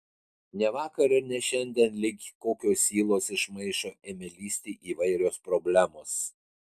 ne vakar ir ne šiandien lyg kokios ylos iš maišo ėmė lįsti įvairios problemos